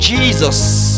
Jesus